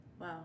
Wow